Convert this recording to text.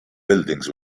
buildings